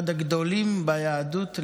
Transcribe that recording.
אחד הגדולים ביהדות,